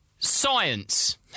Science